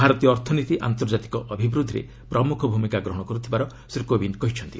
ଭାରତୀୟ ଅର୍ଥନୀତି ଆନ୍ତର୍ଜାତିକ ଅଭିବୃଦ୍ଧିରେ ପ୍ରମ୍ରଖ ଭୂମିକା ଗ୍ରହଣ କରୁଥିବାର ଶ୍ରୀ କୋବିନ୍ଦ କହିଛନ୍ତି